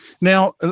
Now